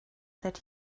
that